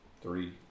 three